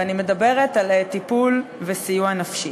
ואני מדברת על טיפול וסיוע נפשי.